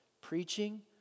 Preaching